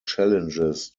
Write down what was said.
challenges